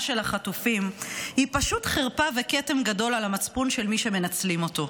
של החטופים הוא פשוט חרפה וכתם גדול על המצפון של מי שמנצלים אותו.